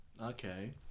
Okay